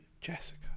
Jessica